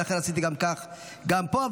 ולכן עשיתי כך גם פה.